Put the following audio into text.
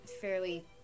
fairly